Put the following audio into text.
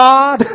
God